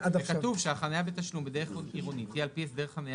כתוב שהחניה בתשלום בדרך עירונית היא על פי הסדר חניה